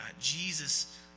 Jesus